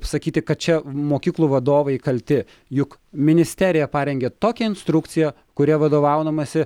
sakyti kad čia mokyklų vadovai kalti juk ministerija parengė tokią instrukciją kuria vadovaudamasi